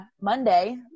Monday